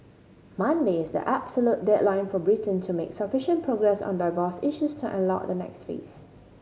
Monday is the absolute deadline for Britain to make sufficient progress on divorce issues to unlock the next phase